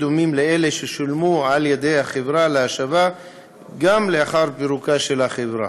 דומים לאלה ששולמו על-ידי החברה להשבה גם לאחר פירוקה של החברה.